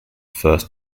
first